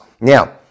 Now